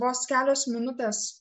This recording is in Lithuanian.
vos kelios minutės